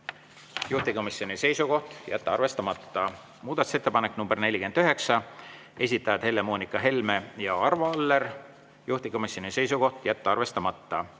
juhtivkomisjoni seisukoht on jätta arvestamata. Muudatusettepanek nr 49, esitajad Helle-Moonika Helme ja Arvo Aller, juhtivkomisjoni seisukoht on jätta arvestamata.